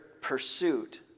pursuit